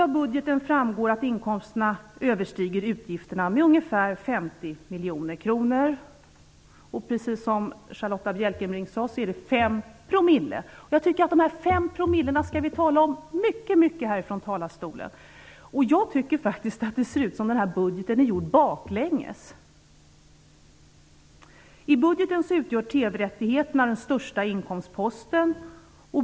Av budgeten framgår att inkomsterna överstiger utgifterna med ungefär 50 miljoner kronor. Precis som Charlotta Bjälkebring sade är det 5 %. Jag tycker att vi skall tala mycket om dessa 5 % från denna talarstol. Jag tycker faktiskt att det ser ut som om den här budgeten är gjord baklänges. I budgeten utgör TV rättigheterna den största inkomstposten.